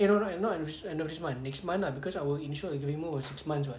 you know right not the end of this month next month lah cause our initial agreement was six months [what]